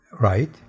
right